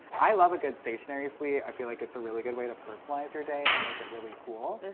i love a good stationary suite. i feel like it's a really good way to personalize your day and make it really cool.